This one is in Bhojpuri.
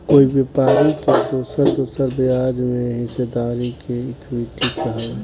कोई व्यापारी के दोसर दोसर ब्याज में हिस्सेदारी के इक्विटी कहाला